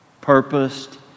purposed